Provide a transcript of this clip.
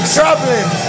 Traveling